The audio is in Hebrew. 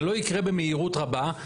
זה לא יקרה במהירות רבה.